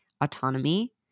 autonomy